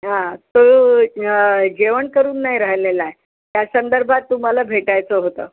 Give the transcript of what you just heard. हां तो जेवण करून नाही राहिलेला आहे त्या संदर्भात तुम्हाला भेटायचं होतं